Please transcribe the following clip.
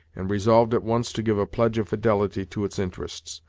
and resolved at once to give a pledge of fidelity to its interests,